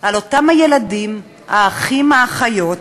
על אותם הילדים, האחים, האחיות,